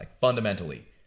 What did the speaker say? Fundamentally